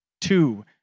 Two